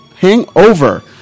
hangover